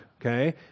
Okay